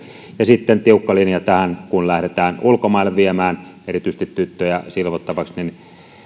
ja sitten tiukka linja tähän kun lähdetään ulkomaille viemään erityisesti tyttöjä silvottavaksi